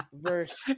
Verse